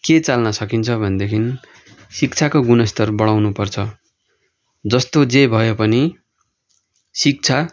के चाल्न सकिन्छ भनेदेखि शिक्षाको गुणस्तर बढाउनु पर्छ जस्तो जे भयो पनि शिक्षा